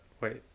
wait